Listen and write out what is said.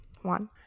one